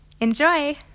Enjoy